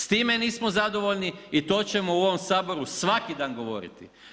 S time nismo zadovoljni i to ćemo u ovoj Saboru svaki dan govoriti.